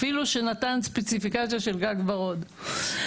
אפילו נתן סטפיקציות של גג ורוד.